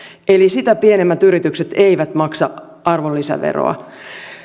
eli sitä pienemmät yritykset eivät maksa arvonlisäveroa